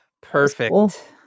Perfect